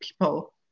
people